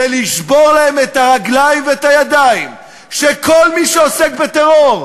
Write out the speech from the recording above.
זה לשבור את הרגליים ואת הידיים של כל מי שעוסק בטרור,